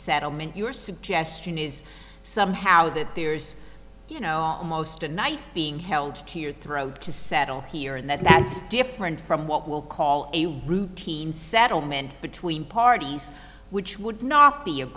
settlement your suggestion is somehow that there's you know almost a knife being held throughout to settle here and that's different from what will call a routine settlement between parties which would not be